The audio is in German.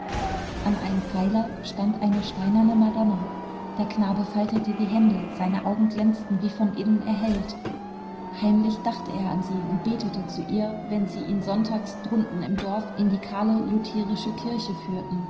an einem pfeiler stand eine steinerne madonna der knabe faltete die hände seine augen glänzten wie von innen erhellt heimlich dachte er an sie und betete zu ihr wenn sie ihn sonntags drunten im dorf in die kahle lutherische kirche führten